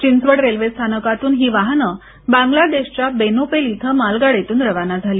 Chinchwad railway स्थानकातून ही वाहन बांग्लादेशच्या बेनोपेल इथं मालगाडीतून रवाना झाली